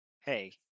Hey